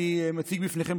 אני מציג בפניכם,